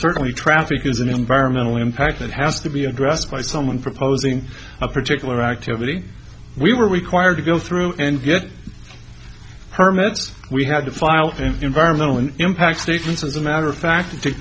certainly traffic is an environmental impact that has to be addressed by someone proposing a particular activity we were required to go through and get permits we had to file an environmental impact statement as a matter of fact to